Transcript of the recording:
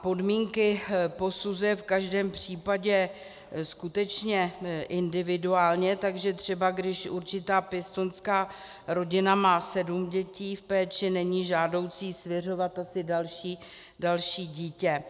Podmínky posuzuje v každém případě skutečně individuálně, takže třeba když určitá pěstounská rodina má sedm dětí v péči, není žádoucí svěřovat asi další dítě.